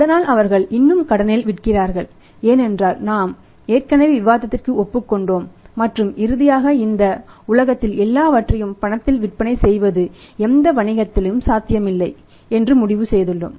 அதனால் அவர்கள் இன்னும் கடனில் விற்கிறார்கள் ஏனென்றால் நாம் ஏற்கனவே விவாதத்திற்கு ஒப்புக் கொண்டோம் மற்றும் இறுதியாக இந்த உலகத்தில் எல்லாவற்றையும் பணத்தில் விற்பனை செய்வது எந்த வணிகத்திலும் சாத்தியமில்லை என்று முடிவு செய்துள்ளோம்